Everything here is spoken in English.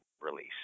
release